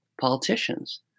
politicians